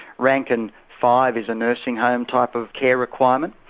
rankin five is a nursing home type of care requirement.